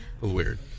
weird